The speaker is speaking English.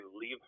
leave